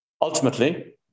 Ultimately